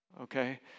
okay